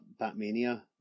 Batmania